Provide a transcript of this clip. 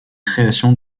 création